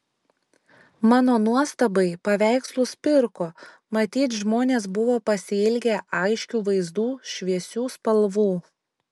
mano nuostabai paveikslus pirko matyt žmonės buvo pasiilgę aiškių vaizdų šviesių spalvų